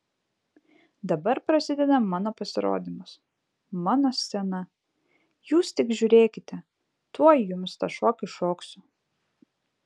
dabar prasideda mano pasirodymas mano scena jūs tik žiūrėkite tuoj jums tą šokį šoksiu